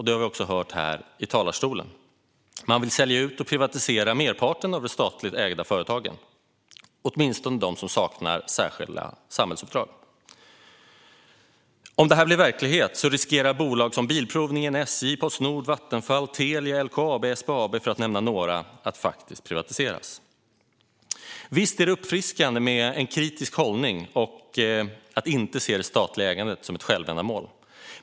Det har vi också hört här i talarstolen. Man vill sälja ut och privatisera merparten av de statligt ägda företagen och åtminstone dem som saknar särskilt samhällsuppdrag. Om det blir verklighet riskerar bolag som Bilprovningen, SJ, Postnord, Vattenfall, Telia, LKAB och SBAB, för att nämna några, att privatiseras. Visst är det uppfriskande med en kritisk hållning och att inte se det statliga ägandet som ett självändamål.